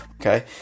okay